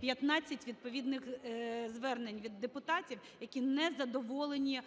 15 відповідних звернень від депутатів, які незадоволені